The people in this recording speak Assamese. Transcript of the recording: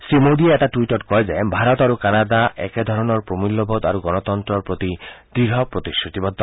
শ্ৰী মোডীয়ে এটা টুইটত কয় যে ভাৰত আৰু কানাডা একেধৰণৰ প্ৰমূল্যবোধ আৰু গণতন্তৰৰ প্ৰতি দৃঢ় প্ৰতিশ্ৰুতিবদ্ধ